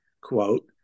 quote